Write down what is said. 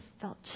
felt